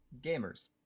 gamers